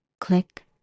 click